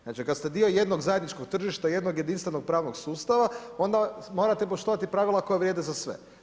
Znači kad ste dio jednog zajedničkog tržišta, jednog jedinstvenog pravno sustava, onda morate poštovati pravila koja vrijede za sve.